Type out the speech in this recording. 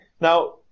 Now